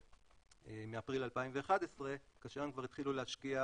מאפריל 2011 כאשר הם כבר התחילו להשקיע,